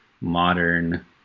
modern